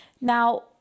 Now